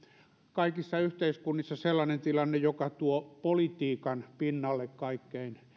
kaikissa yhteiskunnissa sellainen tilanne joka tuo politiikan pinnalle kaikkein